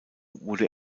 wurde